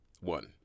one